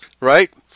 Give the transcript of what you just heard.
right